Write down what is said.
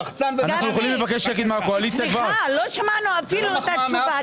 סליחה, לא שמענו את התשובה.